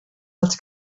els